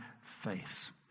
face